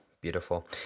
beautiful